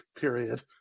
Period